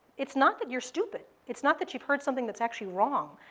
it's not that you're stupid. it's not that you've heard something that's actually wrong,